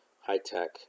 high-tech